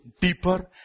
deeper